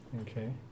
Okay